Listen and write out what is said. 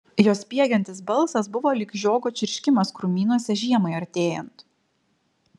jos spiegiantis balsas buvo lyg žiogo čirškimas krūmynuose žiemai artėjant